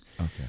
Okay